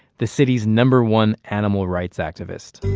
the city's number one animal rights activist